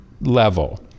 level